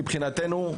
מבחינתנו,